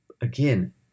Again